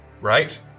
Right